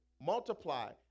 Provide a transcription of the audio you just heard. multiply